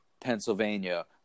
Pennsylvania